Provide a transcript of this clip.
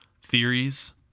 theories